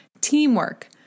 teamwork